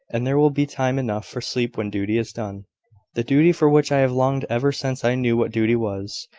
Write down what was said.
and there will be time enough for sleep when duty is done the duty for which i have longed ever since i knew what duty was.